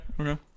Okay